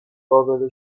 قابل